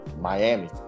Miami